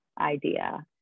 idea